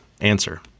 Answer